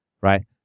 Right